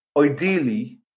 ideally